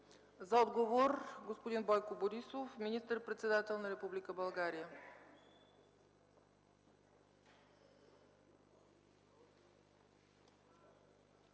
За отговор господин Бойко Борисов – министър-председател на Република България.